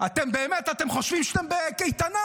אתם באמת חושבים שאתם בקייטנה.